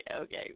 Okay